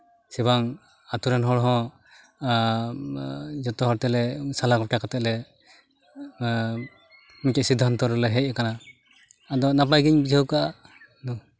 ᱥᱮ ᱵᱟᱝ ᱟᱹᱛᱩ ᱨᱮᱱ ᱦᱚᱲ ᱦᱚᱸ ᱡᱚᱛᱚ ᱦᱚᱲ ᱛᱮᱞᱮ ᱥᱟᱞᱟ ᱜᱚᱴᱟ ᱠᱟᱛᱮᱫ ᱞᱮ ᱢᱤᱫᱴᱮᱱ ᱥᱤᱫᱽᱫᱷᱟᱱᱛᱚ ᱨᱮᱞᱮ ᱦᱮᱡᱽ ᱟᱠᱟᱱᱟ ᱟᱫᱚ ᱱᱟᱯᱟᱭ ᱜᱤᱧ ᱵᱩᱡᱷᱟᱹᱣ ᱟᱠᱟᱫᱼᱟ ᱟᱫᱚ